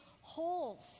holes